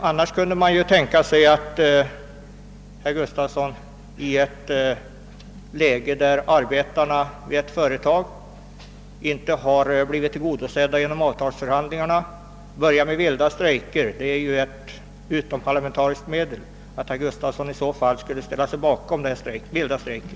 Annars kunde man ju tänka sig att herr Gustavsson i ett läge där arbetarna vid ett företag inte har blivit tillgodosedda genom avtalsförhandlingar och börjar en vild strejk — det är ju ett utomparlamentariskt medel — skulle ställa sig bakom den vilda strejken.